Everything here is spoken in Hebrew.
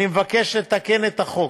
אני מבקש לתקן את החוק